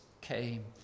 came